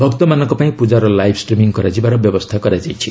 ଭକ୍ତମାନଙ୍କ ପାଇଁ ପୂଜାର ଲାଇଭ୍ ଷ୍ଟ୍ରିମିଙ୍ଗ୍ କରାଯିବାର ବ୍ୟବସ୍ଥା କରାଯାଇଛି